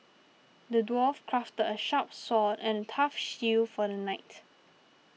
the dwarf crafted a sharp sword and a tough shield for the knight